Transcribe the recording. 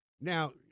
Now